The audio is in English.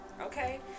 okay